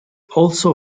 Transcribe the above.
also